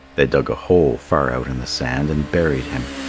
they dug a hole far out in the sand and buried him.